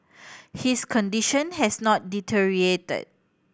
his condition has not deteriorated